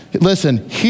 Listen